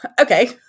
okay